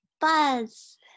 Buzz